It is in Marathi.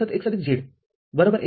x z x y